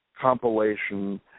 compilation